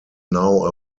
now